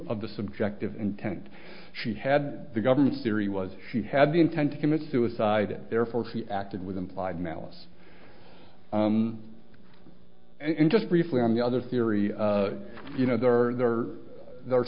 of the subjective intent she had the government's theory was she had the intent to commit suicide therefore he acted with implied malice and just briefly on the other theory you know there are there are